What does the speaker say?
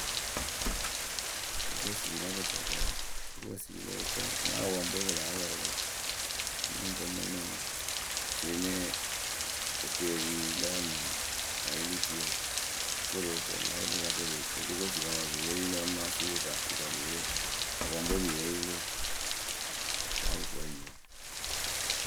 kokosii la kɨtakǝ wǝǝ kokosii lóo toŋ na apɔŋpǝ we pɨ láa pɔrʊ pɨ. Nɨ ŋ fɨ nɨ mɨ cɩɩnɩ ekeerii lǝ ma ayɩlɩtuyǝ koru otoŋ mɔɔrʊkpǝ sa kɨ pɨ fɨ kokosipɔŋpǝ pɨ yee yɩlɩwǝ amaa supʊsatuyǝ sa pɨ yee apɔŋpǝ we pǝ yee yɩlɩwǝ. Pɨ caa pɨ kuŋ enyipǝ.